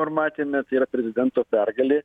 ar matėme tai yra prezidento pergalė